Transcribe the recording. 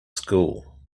school